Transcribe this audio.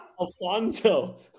Alfonso